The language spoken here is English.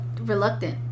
reluctant